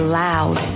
loud